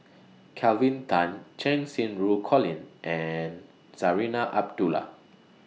Kelvin Tan Cheng Xinru Colin and Zarinah Abdullah